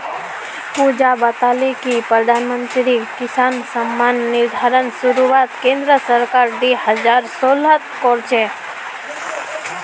पुजा बताले कि प्रधानमंत्री किसान सम्मान निधिर शुरुआत केंद्र सरकार दी हजार सोलत कर ले